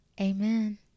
amen